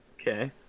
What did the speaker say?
Okay